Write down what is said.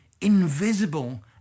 invisible